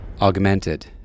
Augmented